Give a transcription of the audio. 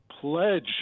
pledge